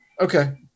Okay